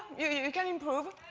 you can improve.